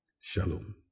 Shalom